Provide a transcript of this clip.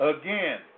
again